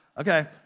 okay